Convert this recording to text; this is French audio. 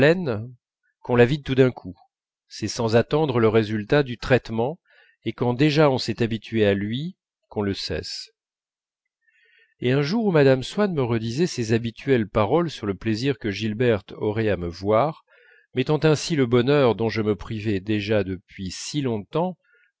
qu'on la vide tout d'un coup c'est sans attendre le résultat du traitement et quand déjà on s'est habitué à lui qu'on le cesse et un jour où mme swann me redisait ses habituelles paroles sur le plaisir que gilberte aurait à me voir mettant ainsi le bonheur dont je me privais déjà depuis si longtemps